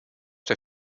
der